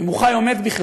אם הוא חי או מת בכלל,